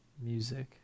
music